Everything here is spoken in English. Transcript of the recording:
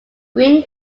green